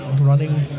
running